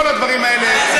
כל הדברים האלה,